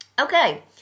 Okay